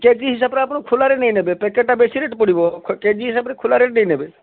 କେ G ହିସାବରେ ଆପଣ ଖୋଲାରେ ନେଇ ନେବେ ପ୍ୟାକେଟ୍ଟା ବେଶୀ ରେଟ୍ ପଡ଼ିବ କେ ଜି ହିସାବରେ ଖୋଲା ରେଟ୍ ନେଇ ନେବେ